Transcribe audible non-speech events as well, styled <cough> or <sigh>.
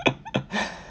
<laughs>